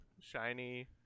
shiny